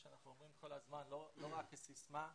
אנחנו אומרים כל הזמן, לא רק כסיסמה,